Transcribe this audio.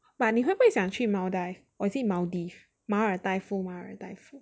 but 你会不会想去 Maldives or is it Maldives 马尔代夫马尔代夫